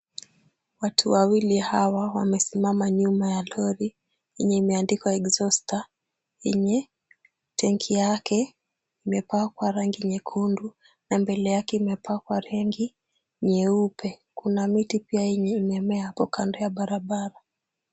Watu wawili hawa wamesimama nyuma ya lori yenye imeandikwa Exhauster yenye tanki yake imepakwa rangi nyekundu na mbele yake imepakwa rangi nyeupe. Kuna miti pia yenye imemea hapo kando ya barabara.